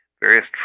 various